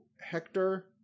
Hector